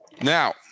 Now